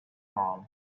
harm